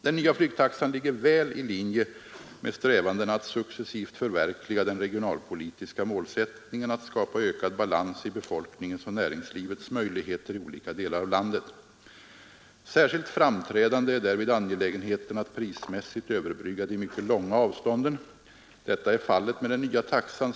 Den nya flygtaxan ligger väl i linje med strävandena att successivt förverkliga den regionalpolitiska målsättningen att skapa ökad balans i befolkningens och näringslivets möjligheter i olika delar av landet. Särskilt framträdande är därvid angelägenheten att prismässigt överbrygga de mycket långa avstånden. Detta är fallet med den nya taxan.